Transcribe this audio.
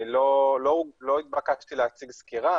אני לא התבקשתי להציג סקירה,